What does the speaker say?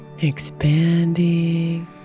Expanding